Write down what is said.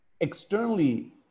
externally